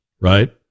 right